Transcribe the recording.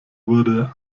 wurde